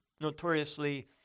notoriously